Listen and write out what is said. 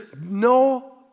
no